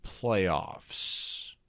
playoffs